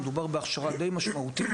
מדובר בהכשרה דיי משמעותית